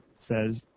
says